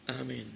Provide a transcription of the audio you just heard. Amen